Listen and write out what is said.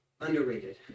underrated